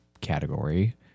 category